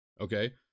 okay